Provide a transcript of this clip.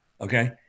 okay